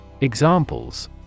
Examples